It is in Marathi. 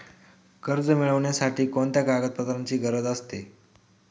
कर्ज मिळविण्यासाठी कोणत्या कागदपत्रांची गरज असते?